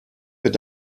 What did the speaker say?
wird